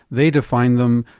they define them,